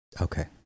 Okay